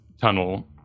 tunnel